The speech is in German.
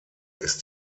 ist